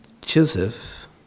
Joseph